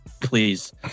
Please